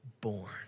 born